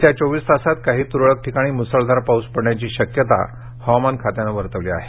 येत्या चोवीस तासात काही तूरळक ठिकाणी मुसळधार पाऊस पडण्याची शक्यता हवामान खात्यानं वर्तवली आहे